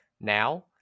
now